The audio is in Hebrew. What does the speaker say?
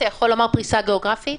תוכל לומר פריסה גיאוגרפית?